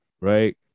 right